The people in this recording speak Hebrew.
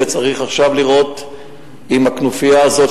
וצריך עכשיו לראות אם הכנופיה הזאת,